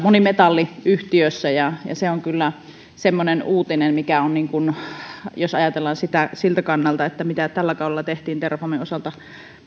monimetalliyhtiössä se on kyllä semmoinen uutinen että jos ajatellaan sitä siltä kannalta mitä tällä kaudella on tehty terrafamen osalta